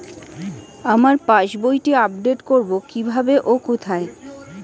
আমার পাস বইটি আপ্ডেট কোরবো কীভাবে ও কোথায়?